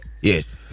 yes